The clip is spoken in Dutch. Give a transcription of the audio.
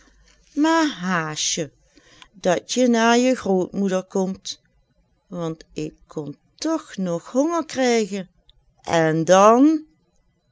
maar haast je dat je naar je grootmoeder komt want ik kon toch noch honger krijgen en dan